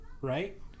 right